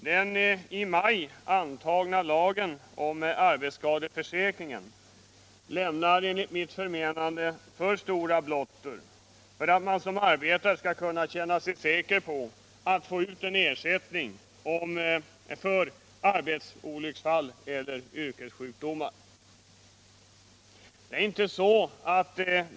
Den i maj antagna lagen om arbetsskadeförsäkring lämnar enligt mitt I förmenande för stora blottor för att man såsom arbetare skall kunna = Vissa skadeståndskänna sig säker på att få ut ersättning för arbetsolycksfall eller yrkes = rättsliga frågor sjukdomar.